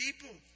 people